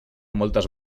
moltes